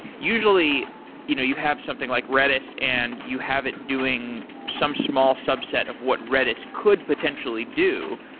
usually you know you have something like redis and you have it doing some small subset of what redis could potentially do,